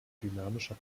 dynamischer